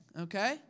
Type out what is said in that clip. okay